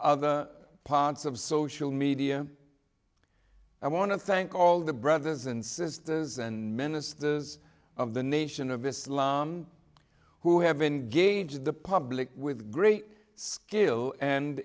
other parts of social media i want to thank all the brothers and sisters and ministers of the nation of islam who have engaged the public with great skill and